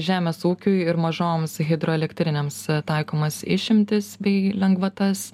žemės ūkiui ir mažoms hidroelektrinėms taikomas išimtis bei lengvatas